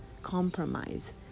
compromise